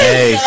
Hey